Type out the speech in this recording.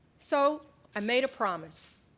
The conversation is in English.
so i made a promise.